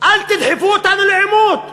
אל תדחפו אותנו לעימות.